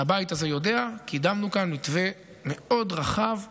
והבית הזה יודע, קידמנו כאן מתווה רחב מאוד.